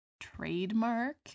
trademark